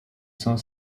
cinq